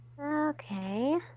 Okay